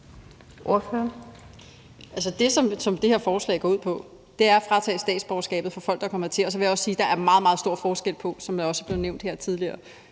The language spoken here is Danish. det, som det her forslag går ud på, er at tage statsborgerskabet fra folk, der kommer hertil. Og så vil jeg også sige, at der er meget, meget stor forskel på, som det også er blevet nævnt her tidligere,